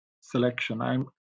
selection